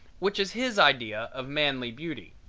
which is his idea of manly beauty.